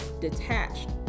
detached